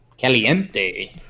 Caliente